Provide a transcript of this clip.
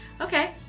Okay